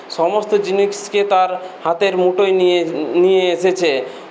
সমস্ত জিনিসকে তার হাতের মুঠোয় নিয়ে নিয়ে এসেছে